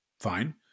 Fine